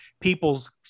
people's